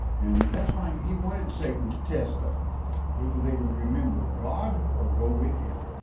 and that's why he wanted satan to test them whether they would remember god or go with him.